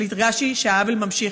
אבל הרגשתי שהעוול נמשך,